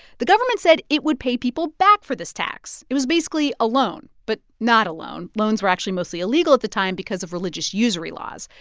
the government said it would pay people back for this tax. it was basically a loan but not a loan. loans were, actually, mostly illegal at the time because of religious usury laws.